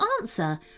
answer